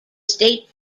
state